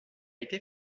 été